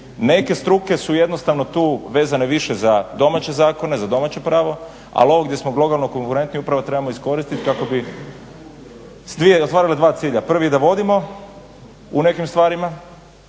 Neke struke su jednostavno tu vezane više za domaće zakone, za domaće pravo ali ovo gdje smo globalno konkurentni upravo trebamo iskoristiti kako bi ostvarili dva cilja. Prvi da vodimo u nekim stvarima,